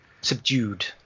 subdued